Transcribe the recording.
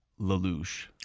Lelouch